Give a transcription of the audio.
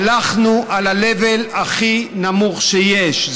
הלכנו על ה-level הכי נמוך שיש,